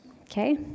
okay